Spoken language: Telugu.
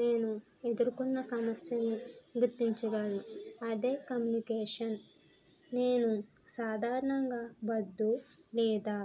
నేను ఎదుర్కొన్న సమస్యను గుర్తించాను అదే కమ్యూనికేషన్ నేను సాధారణంగా వద్దు లేదా